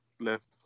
left